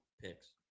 Picks